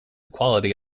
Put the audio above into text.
quality